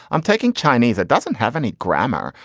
i'm taking chinese. that doesn't have any grammar.